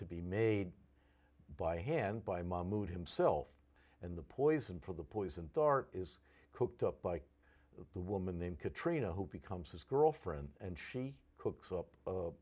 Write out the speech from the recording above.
to be made by hand by mahmud himself and the poison for the poison dart is cooked up by the woman in katrina who becomes his girlfriend and she cooks up